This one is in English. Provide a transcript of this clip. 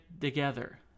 together